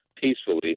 peacefully